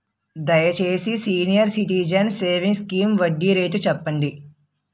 దయచేసి senior citizens savings scheme వడ్డీ rate చెప్పండి